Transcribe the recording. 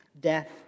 death